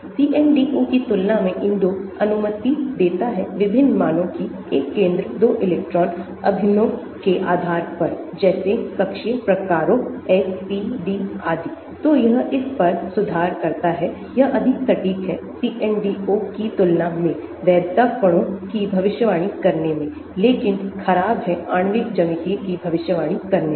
CNDO की तुलना में INDO अनुमति देता है विभिन्न मानों की एक केंद्र 2 इलेक्ट्रॉन अभिन्नों के आधार पर जैसे कक्षीय प्रकारों s p d आदि तो यह इस पर सुधार करता है यह अधिक सटीक है CNDO की तुलना में वैधता कोणों की भविष्यवाणी करने में लेकिन खराब है आणविक ज्यामितिकी भविष्यवाणी करने में